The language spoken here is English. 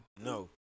No